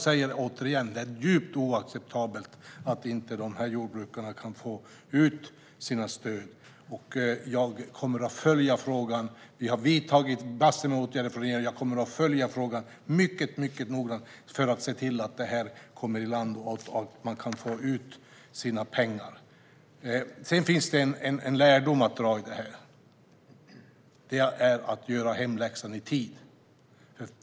Det är djupt oacceptabelt att dessa jordbrukare inte kan få ut sina stöd. Vi har vidtagit massor med åtgärder från regeringens sida, och jag kommer att följa frågan mycket noggrant för att se till att detta kommer i land och man kan få ut sina pengar. Det finns en lärdom att dra av detta, nämligen att göra hemläxan i tid.